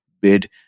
bid